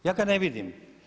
Ja ga ne vidim.